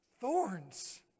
thorns